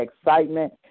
excitement